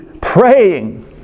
praying